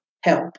help